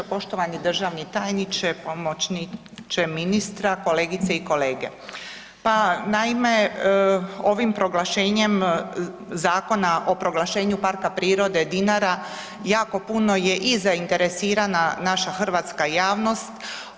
Poštovani državni tajniče, pomoćniće ministra, kolegice i kolege, pa naime ovim proglašenjem Zakona o proglašenju Parka prirode Dinara jako puno je i zainteresirana naša hrvatska javnost.